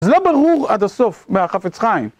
זה לא ברור עד הסוף, מהחפץ חיים.